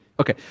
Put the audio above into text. Okay